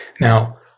Now